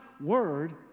word